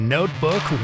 Notebook